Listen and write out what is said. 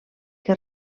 que